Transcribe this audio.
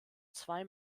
zwei